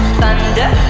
thunder